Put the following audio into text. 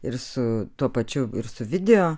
ir su tuo pačiu ir su video